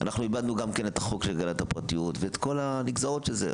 אנחנו אבדנו את החוק של הגנת הפרטיות ואת כל הנגזרות של זה.